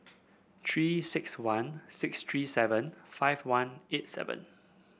Three six one six three seven five one eight seven